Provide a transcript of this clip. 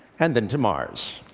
and then to mars.